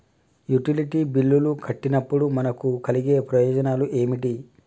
Utility బిల్లులు కట్టినప్పుడు మనకు కలిగే ప్రయోజనాలు ఏమిటి?